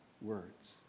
words